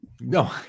No